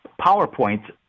PowerPoint